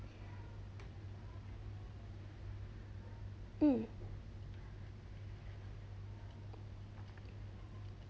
hmm